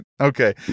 Okay